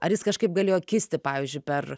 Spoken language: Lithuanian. ar jis kažkaip galėjo kisti pavyzdžiui per